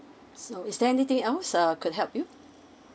so is there anything else err could help you